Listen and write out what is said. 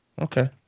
Okay